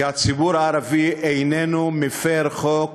כי הציבור הערבי איננו מפר חוק